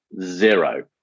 zero